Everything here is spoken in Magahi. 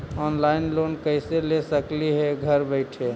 ऑनलाइन लोन कैसे ले सकली हे घर बैठे?